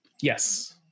yes